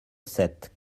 sept